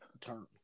turn